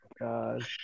God